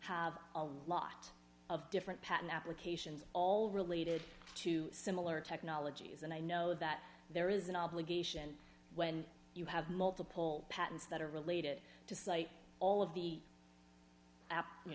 have a lot of different patent applications all related to similar technologies and i know that there is an obligation when you have multiple patents that are related to site all of the